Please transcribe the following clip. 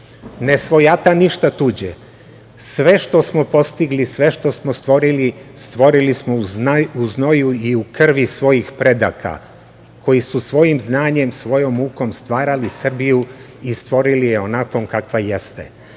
ne svojata ništa tuđe, sve što smo postigli, sve što smo stvorili, stvorili smo u znoju i u krvi svojih predaka koji su svojim znanjem, svojom mukom stvarali Srbiju i stvorili je onakvom kakva jeste.